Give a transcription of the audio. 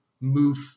move